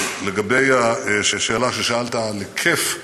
לגבי השאלה ששאלת על היקף המימון.